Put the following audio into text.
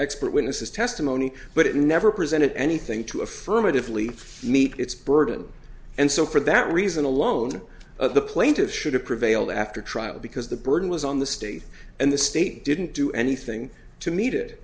expert witnesses testimony but it never presented anything to affirmatively meet its burden and so for that reason alone the plaintiffs should have prevailed after trial because the burden was on the state and the state didn't do anything to mee